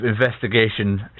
investigation